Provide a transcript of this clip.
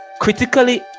critically